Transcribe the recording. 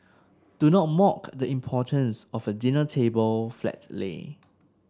do not mock the importance of a dinner table flat lay